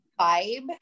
vibe